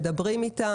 מדברים איתם,